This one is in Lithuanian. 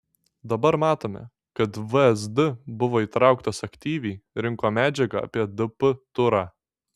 dabar matome kad vsd buvo įtrauktas aktyviai rinko medžiagą apie dp turą